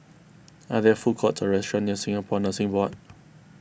are there food courts or restaurants near Singapore Nursing Board